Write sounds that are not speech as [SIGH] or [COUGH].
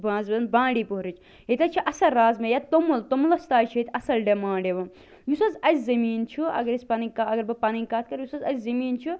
[UNINTELLIGIBLE] بانٛڈی پوٗرہ ہٕچ ییٚتہِ حظ چھِ اصٕل رازمہ یا توٚمُل توٚمُلَس تہِ حظ چھِ ییٚتہِ اصٕل ڈِمانٛڈ یِوان یُس حظ اسہِ زمیٖن چھُ اگر أسۍ پنٕنۍ کَ اگر بہٕ پنٕنۍ کَتھ کر یُس حظ اسہِ زمیٖن چھُ